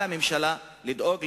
על הממשלה לדאוג,